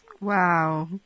Wow